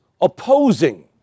opposing